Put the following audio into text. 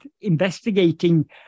investigating